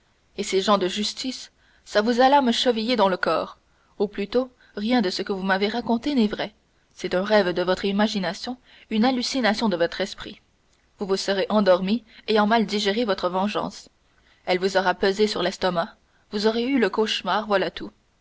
et ces gens de justice ça vous a l'âme chevillée dans le corps ou bien plutôt rien de ce que vous m'avez raconté n'est vrai c'est un rêve de votre imagination une hallucination de votre esprit vous vous serez endormi ayant mal digéré votre vengeance elle vous aura pesé sur l'estomac vous aurez eu le cauchemar voilà tout